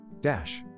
Dash